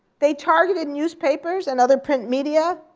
they targeted newspapers and other print media,